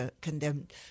condemned